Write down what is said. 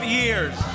years